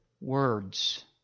words